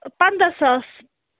پَنٛدہ ساس